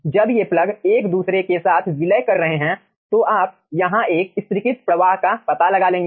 जब ये प्लग एक दूसरे के साथ विलय कर रहे हैं तो आप यहाँ एक स्तरीकृत प्रवाह का पता लगा लेंगे